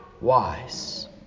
wise